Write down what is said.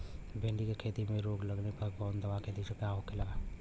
भिंडी की खेती में रोग लगने पर कौन दवा के छिड़काव खेला?